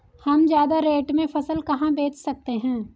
हम ज्यादा रेट में फसल कहाँ बेच सकते हैं?